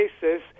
cases